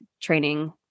training